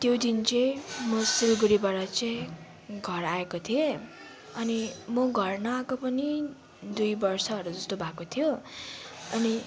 त्यो दिन चाहिँ म सिलगढीबाट चाहिँ घर आएको थिएँ अनि म घर नआएको पनि दुई वर्षहरू जस्तो भएको थियो अनि